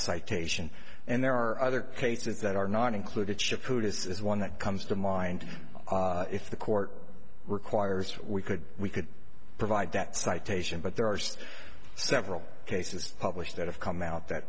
citation and there are other cases that are not included shipyard is one that comes to mind if the court requires we could we could provide that citation but there are several cases published that have come out that